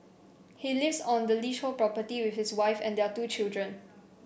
he lives on the leasehold property with his wife and their two children